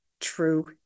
true